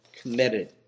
committed